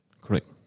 Correct